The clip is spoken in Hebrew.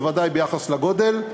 בוודאי ביחס לגודל,